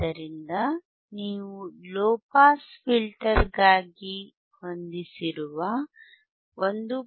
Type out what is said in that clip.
ಆದ್ದರಿಂದ ನೀವು low pass ಫಿಲ್ಟರ್ಗಾಗಿ ಹೊಂದಿಸಿರುವ 1